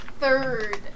third